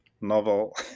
novel